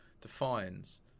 defines